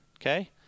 okay